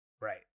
Right